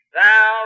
thou